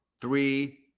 three